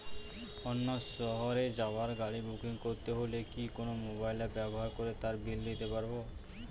অন্য শহরে যাওয়ার গাড়ী বুকিং করতে হলে কি কোনো মোবাইল অ্যাপ ব্যবহার করে তার বিল দিতে পারব?